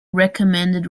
recommended